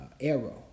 Arrow